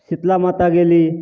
शीतला माता गेली